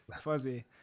fuzzy